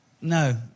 No